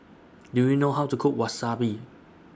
Do YOU know How to Cook Wasabi